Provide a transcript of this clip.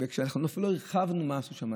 אפילו לא הרחבנו מה עשו שם,